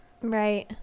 Right